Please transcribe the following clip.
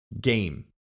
game